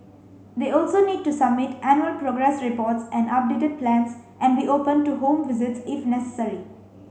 they also need to submit annual progress reports and updated plans and be open to home visits if necessary